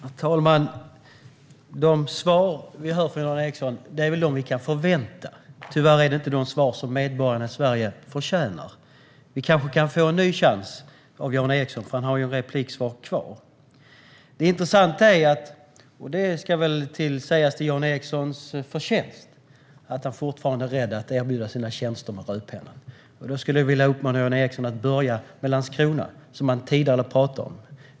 Herr talman! De svar vi hör från Jan Ericson är väl de vi kan förvänta oss. Tyvärr är det inte de svar som medborgarna i Sverige förtjänar. Vi kanske kan få en ny chans att få svar från Jan Ericson, för han har ju en replik kvar. Det intressanta är, och det ska väl sägas till Jan Ericsons förtjänst, att han fortfarande är beredd att erbjuda sina tjänster med rödpennan. Då skulle jag vilja uppmana Jan Ericson att börja med Landskrona, som han tidigare har pratat om.